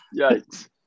Yikes